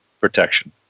protection